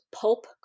pulp